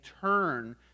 turn